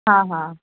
हा हा